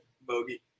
bogey